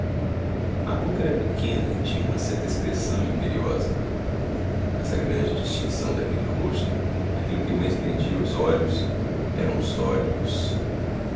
a boca era pequena e tinha uma certa expressão imperiosa mas a grande distinção daquele rosto aquilo que mais prendia os olhos eram os olhos